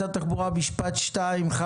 נציגי משרד התחבורה יאמרו משפט שניים,